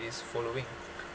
is following